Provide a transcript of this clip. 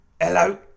Hello